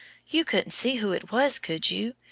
you couldn't see who it was, could you?